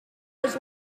was